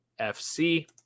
FC